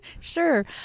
Sure